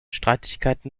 streitigkeiten